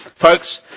Folks